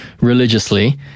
religiously